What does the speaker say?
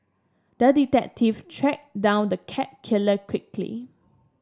the detective tracked down the cat killer quickly